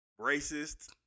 racist